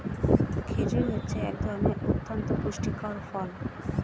খেজুর হচ্ছে এক ধরনের অতন্ত পুষ্টিকর ফল